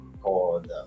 called